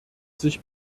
sich